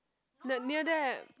the near there